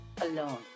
alone